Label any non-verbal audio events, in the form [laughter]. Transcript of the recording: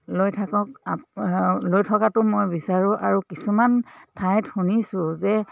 লৈ থাকক [unintelligible] লৈ থকাটো মই বিচাৰোঁ আৰু কিছুমান ঠাইত শুনিছোঁ যে